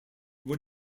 would